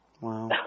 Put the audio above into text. wow